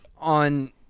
on